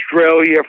Australia